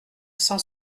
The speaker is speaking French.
cent